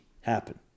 happen